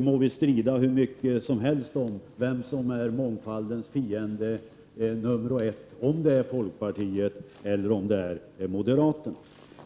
må vi strida hur mycket som helst om vem som är mångfaldens fiende nr 1 -— folkpartiet eller moderaterna.